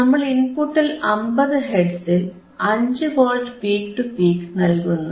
നമ്മൾ ഇൻപുട്ടിൽ 50 ഹെർട്സിൽ 5 വോൾട്ട് പീക് ടു പീക് നൽകുന്നു